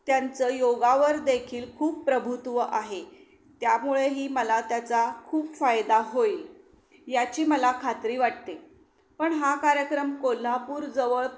त्यांचं योगावरदेखील खूप प्रभुत्व आहे त्यामुळेही मला त्याचा खूप फायदा होईल याची मला खात्री वाटते पण हा कार्यक्रम कोल्हापूरजवळ